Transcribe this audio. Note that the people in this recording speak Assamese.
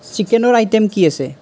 চিকেনৰ আইটেম কি আছে